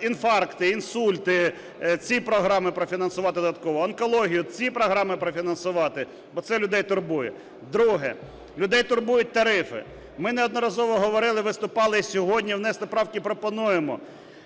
інфаркти, інсульти – ці програми профінансувати додатково, онкологію – ці програми профінансувати. Бо це людей турбує. Друге. Людей турбують тарифи. Ми неодноразово говорили, виступали і сьогодні внесли правки, і пропонуємо